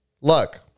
Look